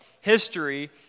History